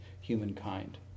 humankind